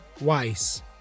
Weiss